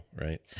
right